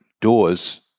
doors